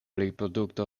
reprodukta